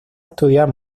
estudiar